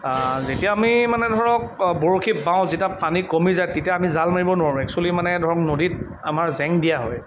যেতিয়া আমি মানে ধৰক বৰশী বাওঁ যেতিয়া পানী কমি যায় তেতিয়া আমি জাল মাৰিব নোৱাৰোঁ এক্সোৱেলি মানে ধৰক নদীত আমাৰ জেং দিয়া হয়